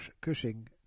Cushing